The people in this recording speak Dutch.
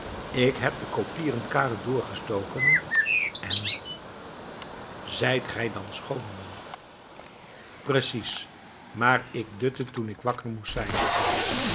ik heb de koppieren kade doorgestoken en zijt gij dan schooneman precies maar ik dutte toen ik wakker moest zijn